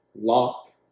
lock